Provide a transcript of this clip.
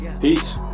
peace